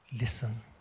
Listen